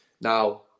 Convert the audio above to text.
Now